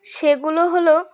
সেগুলো হলো